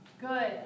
Good